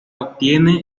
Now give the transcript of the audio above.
obtiene